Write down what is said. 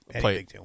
Play